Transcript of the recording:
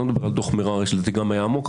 אני לא מדבר על דוח מררי שלדעתי גם היה עמוק,